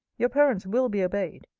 your parents will be obeyed.